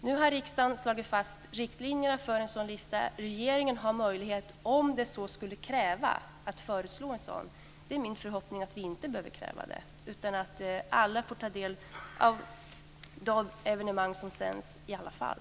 Nu har riksdagen slagit fast riktlinjerna för en sådan lista. Regeringen har om så skulle krävas möjlighet att föreslå en lista. Det är min förhoppning att vi inte behöver kräva det utan att alla får ta del av de evenemang som sänds i alla fall.